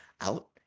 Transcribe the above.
out